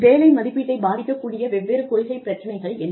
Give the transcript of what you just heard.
வேலை மதிப்பீட்டைப் பாதிக்கக் கூடிய வெவ்வேறு கொள்கை பிரச்சனைகள் என்னென்ன